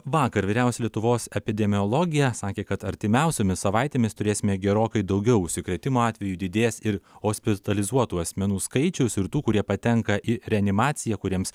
vakar vyriausia lietuvos epidemiologė sakė kad artimiausiomis savaitėmis turėsime gerokai daugiau užsikrėtimo atvejų didės ir hospitalizuotų asmenų skaičiaus ir tų kurie patenka į reanimaciją kuriems